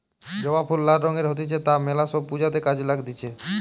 জবা ফুল লাল রঙের হতিছে তা মেলা সব পূজাতে কাজে লাগতিছে